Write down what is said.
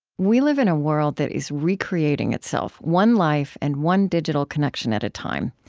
we live in a world that is recreating itself one life and one digital connection at a time.